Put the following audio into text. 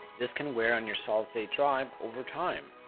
this can wear on your solid state drive over time.